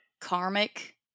karmic